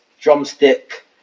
drumstick